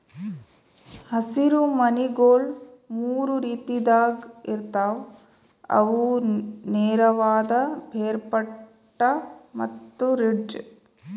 ಹಸಿರು ಮನಿಗೊಳ್ ಮೂರು ರೀತಿದಾಗ್ ಇರ್ತಾವ್ ಅವು ನೇರವಾದ, ಬೇರ್ಪಟ್ಟ ಮತ್ತ ರಿಡ್ಜ್